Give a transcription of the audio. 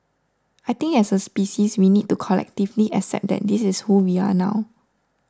I think as a species we need to collectively accept that this is who we are now